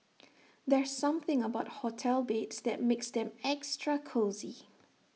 there's something about hotel beds that makes them extra cosy